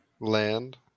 Land